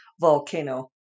volcano